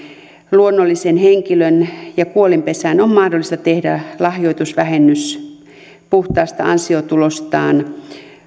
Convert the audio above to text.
luonnollisen henkilön ja kuolinpesän on mahdollista tehdä lahjoitusvähennys puhtaasta ansiotulostaan